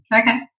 Okay